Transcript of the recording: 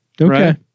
Okay